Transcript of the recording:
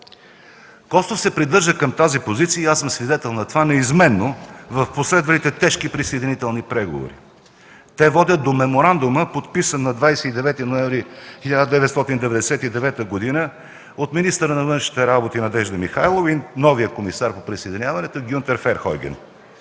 Костов се придържа към тази позиция, и аз съм свидетел на това, неизменно в последвалите тежки присъединителни преговори. Те водят до меморандума, подписан на 29 ноември 1999 г. от министъра на външните работи Надежда Михайлова и новия комисар по присъединяването Гюнтер Ферхой.